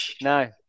no